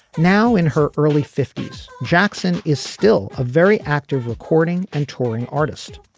now in her early fifty s. jackson is still a very active recording and touring artist.